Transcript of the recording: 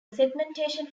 segmentation